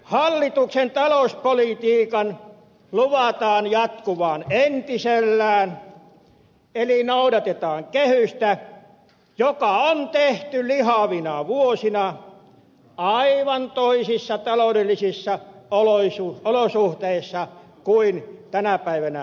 hallituksen talouspolitiikan luvataan jatkuvan entisellään eli noudatetaan kehystä joka on tehty lihavina vuosina aivan toisissa taloudellisissa olosuhteissa kuin tänä päivänä eletään